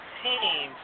team